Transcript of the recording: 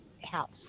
house